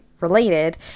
related